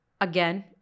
Again